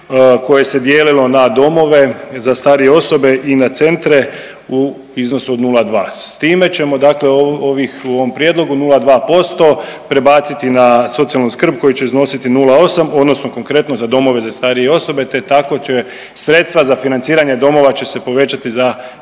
koje se dijelilo na domove za starije osobe i na centre u iznosu od 0,2 s time ćemo dakle ovih u ovom prijedlogu 0,2% prebaciti na socijalnu skrb koji će iznositi 0,8 odnosno konkretno za domove za starije osobe, te tako će sredstva za financiranje domova će se povećati za trećinu